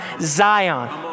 Zion